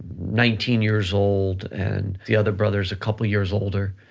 nineteen years old and the other brother's a couple years older,